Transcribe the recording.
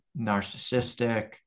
narcissistic